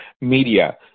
media